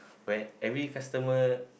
where every customer